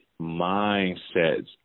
mindsets